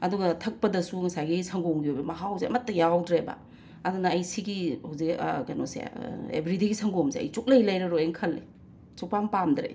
ꯑꯗꯨꯒ ꯊꯛꯄꯗꯁꯨ ꯉꯁꯥꯏꯒꯤ ꯁꯪꯒꯣꯝꯒꯤ ꯑꯣꯏꯕ ꯃꯍꯥꯎꯁꯦ ꯑꯃꯇ ꯌꯥꯎꯗ꯭ꯔꯦꯕ ꯑꯗꯨꯅ ꯑꯩ ꯁꯤꯒꯤ ꯍꯨꯖꯤꯛ ꯀꯩꯅꯣꯁꯦ ꯑꯦꯕ꯭ꯔꯤꯗꯦꯒꯤ ꯁꯪꯒꯣꯝꯁꯦ ꯑꯩ ꯁꯨꯛꯂꯩ ꯂꯩꯔꯔꯣꯏ ꯑꯩꯅ ꯈꯜꯂꯦ ꯁꯨꯛꯄꯥꯝ ꯄꯥꯝꯗ꯭ꯔꯦ ꯑꯩ